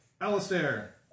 Alistair